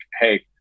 hey